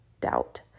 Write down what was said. doubt